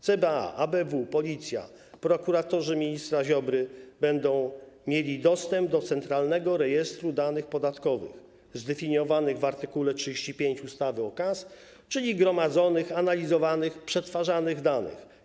CBA, ABW, Policja, prokuratorzy ministra Ziobry będą mieli dostęp do Centralnego Rejestru Danych Podatkowych, danych zdefiniowanych w art. 35 ustawy o KAS, czyli gromadzonych, analizowanych, przetwarzanych danych.